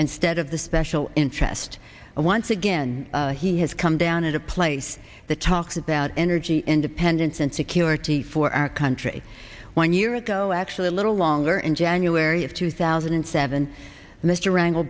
and stead of the special interest and once again he has come down at a place that talks about energy independence and security for our country one year ago actually a little longer in january of two thousand and seven mr rangle